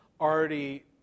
already